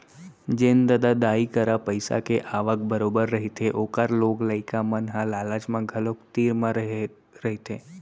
जेन ददा दाई करा पइसा के आवक बरोबर रहिथे ओखर लोग लइका मन ह लालच म घलोक तीर म रेहे रहिथे